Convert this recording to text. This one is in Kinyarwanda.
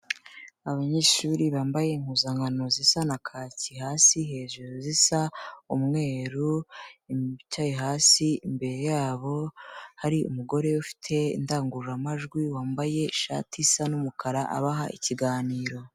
Abanyeshuri bambaye impuzankano zisa na kaki hasi, hejuru zisa umweru, bicaye hasi imbere yabo hari umugore ufite indangururamajwi wambaye ishati isa n'umukara abaha ikiganiro.